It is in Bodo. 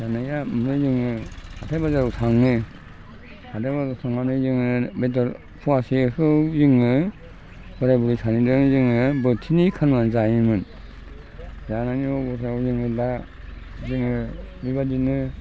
जानाया ओमफ्राय जोङो हाथाय बाजाराव थाङो हाथाय बाजाराव थांनानै जोङो बेदर फवासेखौ जोङो बोराइ बुरै सानैजों जोङो बोथिनै खालामनानै जायोमोन जानायनि अबस्थायाव जोङो दा जोङो बिबायदिनो